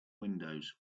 windows